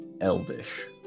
Elvish